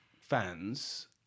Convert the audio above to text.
fans